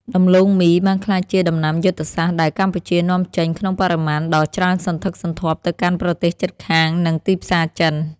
ដំឡូងមីបានក្លាយជាដំណាំយុទ្ធសាស្ត្រដែលកម្ពុជានាំចេញក្នុងបរិមាណដ៏ច្រើនសន្ធឹកសន្ធាប់ទៅកាន់ប្រទេសជិតខាង និងទីផ្សារចិន។